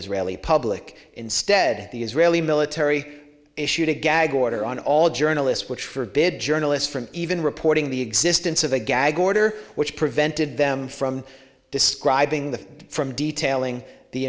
israeli public instead the israeli military issued a gag order on all journalists which forbid journalists from even reporting the existence of a gag order which prevented them from describing the from detailing the